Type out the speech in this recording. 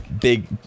Big